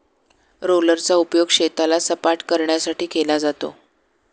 रोलरचा उपयोग शेताला सपाटकरण्यासाठी केला जातो